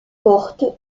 porte